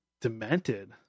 demented